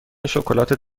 شکلات